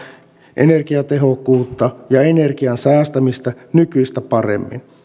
energiatehokkuutta ja energian säästämistä nykyistä paremmin